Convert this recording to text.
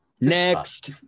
Next